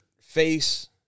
face